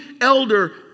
elder